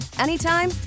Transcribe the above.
anytime